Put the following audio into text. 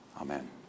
Amen